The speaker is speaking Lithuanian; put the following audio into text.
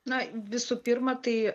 na visų pirma tai